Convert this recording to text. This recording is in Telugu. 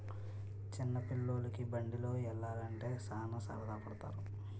చిన్న పిల్లోలికి బండిలో యల్లాలంటే సాన సరదా పడతారు